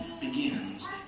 begins